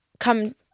Come